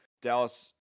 Dallas